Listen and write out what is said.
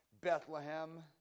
Bethlehem